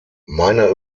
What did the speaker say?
meiner